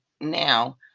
now